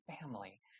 family